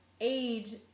age